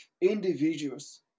individuals